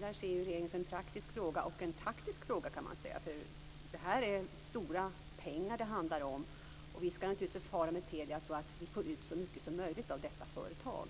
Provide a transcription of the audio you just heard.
här ser regeringen som en praktisk och en taktisk fråga, kan man säga, för det handlar om stora pengar. Vi ska naturligtvis förfara med Telia så att vi får ut så mycket som möjligt av detta företag.